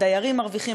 הדיירים מרוויחים,